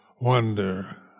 wonder